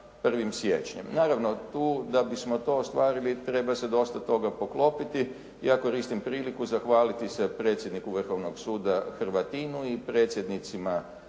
sa 1. siječnjem. Naravno tu da bismo to ostvarili treba se dosta toga poklopiti. Ja koristim priliku zahvaliti se predsjedniku Vrhovnog suda Hrvatinu i predsjednicima